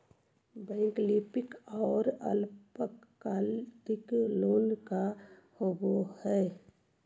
वैकल्पिक और अल्पकालिक लोन का होव हइ?